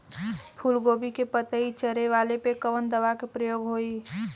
फूलगोभी के पतई चारे वाला पे कवन दवा के प्रयोग होई?